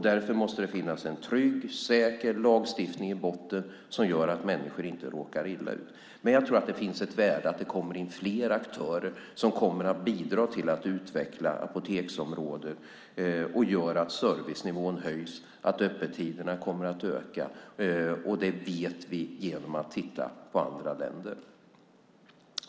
Därför måste det finnas en trygg och säker lagstiftning i botten som gör att människor inte råkar illa ut. Men jag tror att det finns ett värde i att det kommer in fler aktörer som bidrar till att apoteksområdet utvecklas, att servicenivån höjs och att öppettiderna ökar. Det vet vi genom att titta på andra länder.